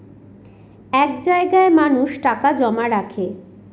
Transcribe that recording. এক জায়গায় মানুষ টাকা জমা রাখে